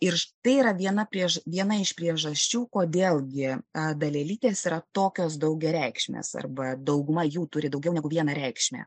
ir tai yra viena priež viena iš priežasčių kodėlgi dalelytės yra tokios daugiareikšmės arba dauguma jų turi daugiau negu vieną reikšmę